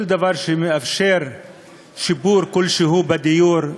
כל דבר שמאפשר שיפור כלשהו בדיור,